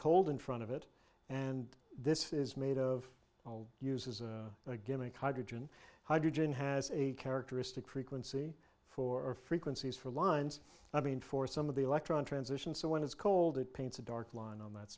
cold in front of it and this is made of uses a gimmick hydrogen hydrogen has a characteristic frequency for frequencies for lines i mean for some of the electron transition so when it's cold it paints a dark line on that